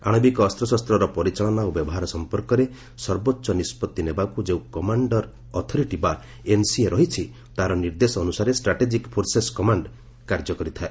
ଆଶବିକ ଅସ୍ତଶସ୍ତର ପରିଚାଳନା ଓ ବ୍ୟବହାର ସମ୍ପର୍କରେ ସର୍ବୋଚ୍ଚ ନିଷ୍କଭି ନେବାକୃ ଯେଉଁ କମାଣ୍ଡର୍ ଅଥରିଟି ବା ଏନ୍ସିଏ ରହିଛି ତାହାର ନିର୍ଦ୍ଦେଶ ଅନ୍ତସାରେ ଷ୍ଟ୍ରାଟେଜିକ୍ ଫୋର୍ସେସ୍ କମାଣ୍ଡ କାର୍ଯ୍ୟ କରିଥାଏ